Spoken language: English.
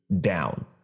down